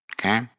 Okay